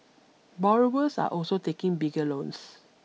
borrowers are also taking bigger loans